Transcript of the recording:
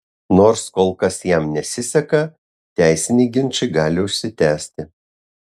nors kol kas jam nesiseka teisiniai ginčai gali užsitęsti